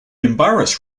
embarrass